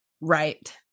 Right